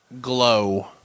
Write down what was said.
Glow